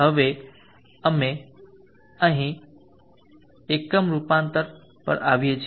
હવે અમે એકમ રૂપાંતર પર આવીએ છીએ